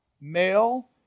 Male